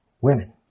women